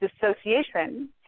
dissociation